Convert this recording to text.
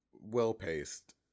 well-paced